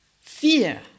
fear